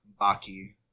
Baki